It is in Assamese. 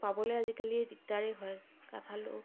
পাবলৈ আজিকালি দিগদাৰেই হয় কাঠআলু